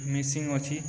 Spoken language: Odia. ମେସିନ୍ ଅଛି